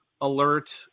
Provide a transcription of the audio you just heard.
alert